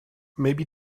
maybe